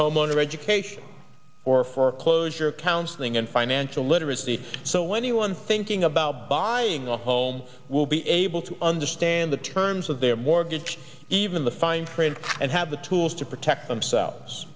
homeowner education or foreclosure counseling and financial literacy so when the one thinking about buying a home will be able to understand the terms of their mortgage even the fine print and have the tools to protect themselves